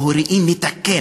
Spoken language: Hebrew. או שהוא ראי מתקן,